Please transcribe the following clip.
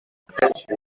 catchy